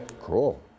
Cool